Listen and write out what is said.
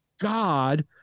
God